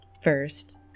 First